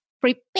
prepare